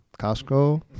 costco